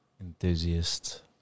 enthusiast